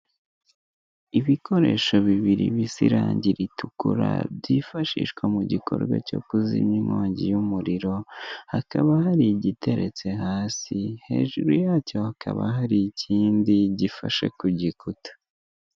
Ibikoresho bibiri bisa irange ritukura, byifashishwa mu gikorwa cyo kuzimya inkongi y'umuriro, hakaba hari igiteretse hasi, hejuru yacyo hakaba hari ikindi gifashe ku rukuta.